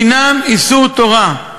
היא איסור תורה.